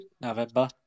November